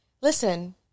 Listen